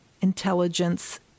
intelligence